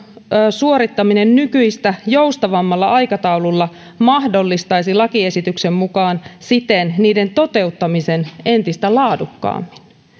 suorittaminen nykyistä joustavammalla aikataululla mahdollistaisi lakiesityksen mukaan niiden toteuttamisen entistä laadukkaammin